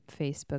Facebook